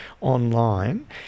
online